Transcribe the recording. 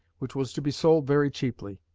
which was to be sold very cheaply.